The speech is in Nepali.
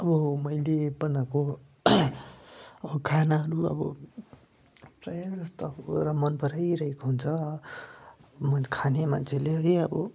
अब मैले बनाएको खानाहरू अब प्रायः जस्तो मन पराइरहेको हुन्छ मन खाने मान्छेले है अब